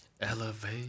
Elevate